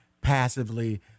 passively